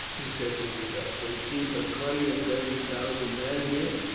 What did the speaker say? he said to himself. they see but twenty or thirty thousand men here,